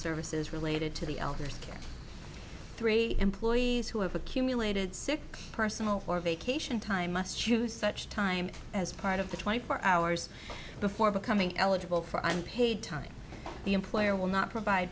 services related to the elders three employees who have accumulated sick personal or vacation time must choose such time as part of the twenty four hours before becoming eligible for unpaid time the employer will not provide